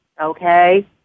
okay